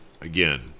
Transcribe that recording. again